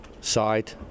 side